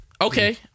Okay